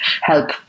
help